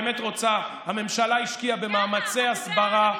כמה הממשלה השקיעה בהסברה?